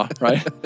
right